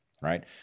right